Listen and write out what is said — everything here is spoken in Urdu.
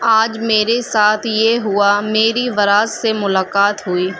آج میرے ساتھ یہ ہوا میری وراز سے ملاقات ہوئی